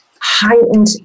heightened